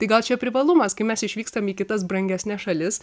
tai gal čia privalumas kai mes išvykstam į kitas brangesnes šalis